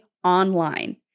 Online